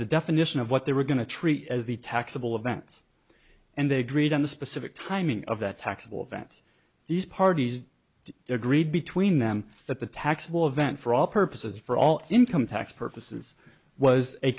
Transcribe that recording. the definition of what they were going to treat as the taxable events and they agreed on the specific timing of that taxable event these parties to their agreed between them that the taxable event for all purposes for all income tax purposes was a